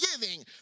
giving